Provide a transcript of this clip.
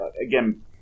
again